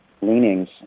leanings